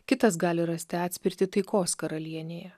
kitas gali rasti atspirtį taikos karalienėje